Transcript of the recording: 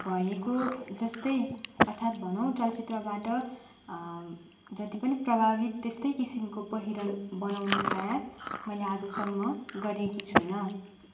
भएको जस्तै अर्थात् भनौँ चलचित्रबाट जति पनि प्रभावित त्यस्तै किसिमको पहिरन बनाउने प्रयास मैले आजसम्म गरेकी छुइनँ